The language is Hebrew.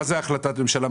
מה זאת החלטת ממשלה?